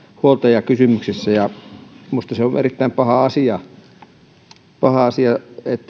huoltajakysymyksissä minusta se on erittäin paha asia että